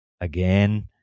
again